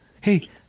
hey